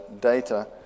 data